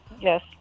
yes